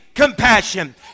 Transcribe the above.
Compassion